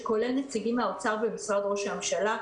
שכולל נציגים מהאוצר וממשרד ראש הממשלה.